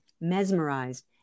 mesmerized